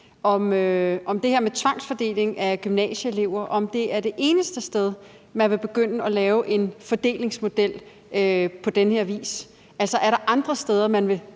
om det her med tvangsfordeling af gymnasieelever er det eneste sted, man vil begynde at lave en fordelingsmodel på den her vis. Altså, er der andre steder, man vil